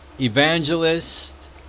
evangelist